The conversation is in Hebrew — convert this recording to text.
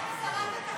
מה עם שרת התחבורה?